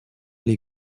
les